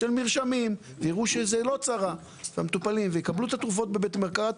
של מרשמים המטופלים יראו שזוהי לא צרה ויקבלו את התרופות בבית המרקחת.